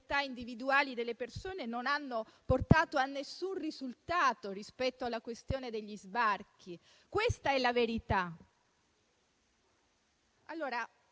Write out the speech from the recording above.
individuali delle persone, senza portare a nessun risultato rispetto alla questione degli sbarchi? Questa è la verità.